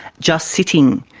just sitting,